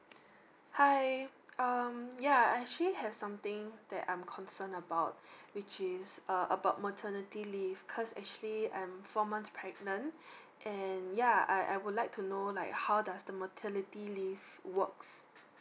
hi um yeah I actually have something that I'm concern about which is uh about maternity leave cause actually I'm four months pregnant and yeah I I would like to know like how does the maternity leave works